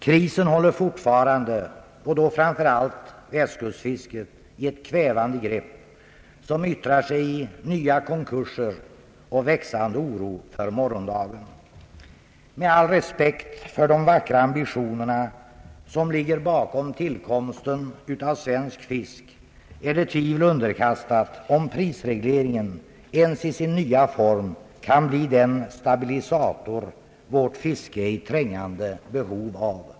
Krisen håller fortfarande och då framför allt västkustfisket i ett kvävande grepp, som yttrar sig i nya konkurser och växande oro för morgondagen. Med all respekt för de vackra ambitioner som ligger bakom tillkomsten av Föreningen Svensk fisk är det tvivel underkastat, om prisregleringen ens i sin nya form kan bli den stabilisator vårt fiske är i trängande behov av.